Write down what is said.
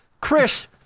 Chris